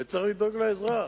וצריך לדאוג לאזרח